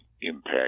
impact